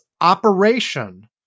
operation